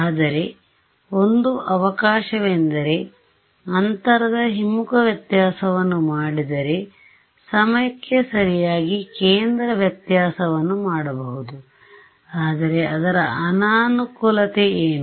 ಆದರೆ ಒಂದು ಅವಕಾಶವೆಂದರೆ ಅಂತರದ ಹಿಮ್ಮುಖ ವ್ಯತ್ಯಾಸವನ್ನು ಮಾಡಿದರೆ ಸಮಯಕ್ಕೆ ಸರಿಯಾಗಿ ಕೇಂದ್ರ ವ್ಯತ್ಯಾಸವನ್ನು ಮಾಡಬಹುದು ಆದರೆ ಅದರ ಅನಾನುಕೂಲತೆ ಏನು